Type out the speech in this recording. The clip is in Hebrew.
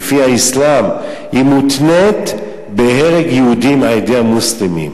לפי האסלאם, מותנית בהרג יהודים על-ידי המוסלמים.